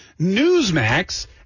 Newsmax